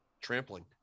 Trampling